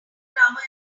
grammar